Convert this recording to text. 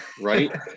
right